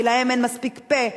כי להם אין מספיק פה,